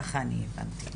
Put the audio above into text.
ככה אני הבנתי.